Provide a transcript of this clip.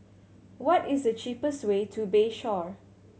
what is the cheapest way to Bayshore